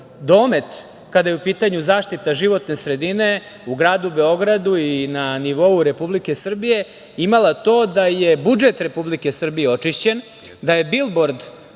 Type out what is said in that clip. domet, kada je u pitanju zaštita životne sredine u gradu Beogradu i na nivou Republike Srbije, imala to da je budžet Republike Srbije očišćen, da je bilbord,